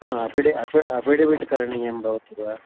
हा अफ़िडे अफ़् अफ़िडेविट् करणीयं भवति वा